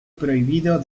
prohibido